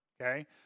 Okay